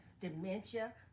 dementia